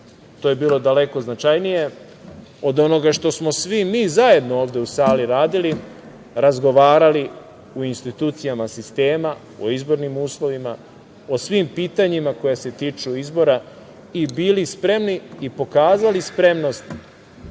to je bilo daleko značajnije od onoga što smo svi mi zajedno ovde u sali radili, razgovarali u institucijama sistema, o izbornim uslovima, o svim pitanjima koja se tiču izbora i bili spremni i pokazali spremnost